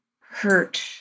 hurt